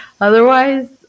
otherwise